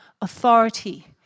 authority